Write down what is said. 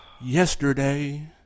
Yesterday